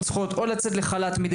הן לא יכולות לקחת חופש לטובת